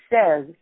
says